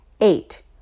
Eight